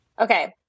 Okay